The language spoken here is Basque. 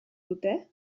dute